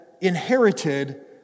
inherited